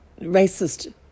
racist